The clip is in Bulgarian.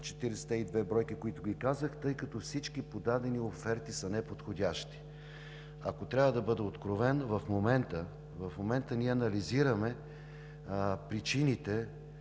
– 42 бройки, което го казах, тъй като всички подадени оферти са неподходящи. Ако трябва да бъда откровен, в момента ние анализираме причините,